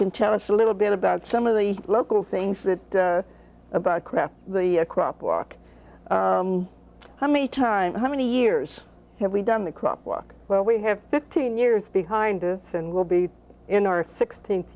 can tell us a little bit about some of the local things that about craft the crop walk how many times how many years have we done the crop walk well we have fifteen years behind us and we'll be in our sixteenth